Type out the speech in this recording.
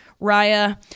raya